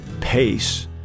pace